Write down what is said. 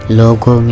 logo